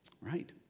Right